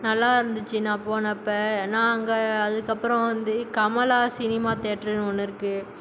நல்லா இருந்துச்சு நான் போன அப்போ நான் அங்கே அதுக்கு அப்புறம் வந்து கமலா சினிமா தேட்ருன்னு ஒன்று இருக்குது